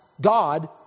God